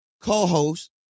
co-host